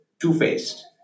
two-faced